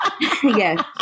Yes